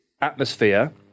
atmosphere